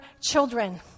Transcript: children